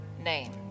name